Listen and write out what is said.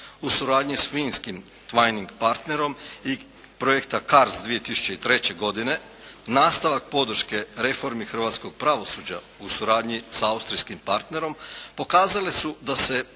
u suradnji sa finskim twining partnerom i projekta CARDS 2003. godine nastavak podrške reformi hrvatskog pravosuđa u suradnji sa austrijskim partnerom pokazali su da se